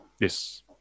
Yes